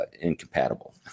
incompatible